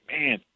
man